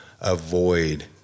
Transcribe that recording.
avoid